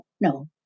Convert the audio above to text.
No